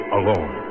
alone